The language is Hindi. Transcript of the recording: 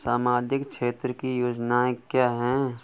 सामाजिक क्षेत्र की योजनाएँ क्या हैं?